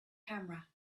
camera